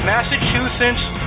Massachusetts